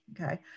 okay